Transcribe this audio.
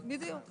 ילדים.